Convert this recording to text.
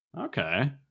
Okay